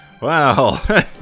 Wow